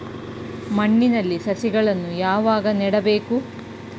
ಮಣ್ಣಿನಲ್ಲಿ ಸಸಿಗಳನ್ನು ಯಾವಾಗ ನೆಡಬೇಕು?